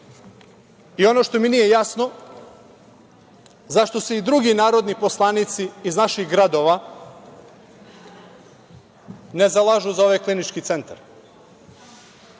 što mi nije jasno, zašto se i drugi narodni poslanici iz naših gradova ne zalažu za ovaj klinički centar.